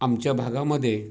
आमच्या भागामध्ये